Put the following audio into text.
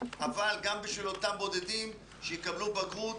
אבל גם בשביל אותם בודדים שיקבלו בגרות,